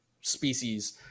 species